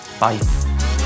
Bye